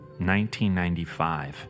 1995